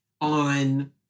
On